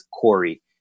Corey